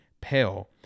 pale